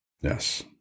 Yes